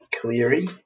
Cleary